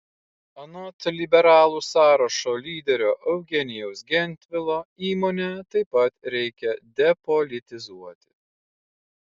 anot liberalų sąrašo lyderio eugenijaus gentvilo įmonę taip pat reikia depolitizuoti